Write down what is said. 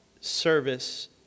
service